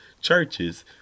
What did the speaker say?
churches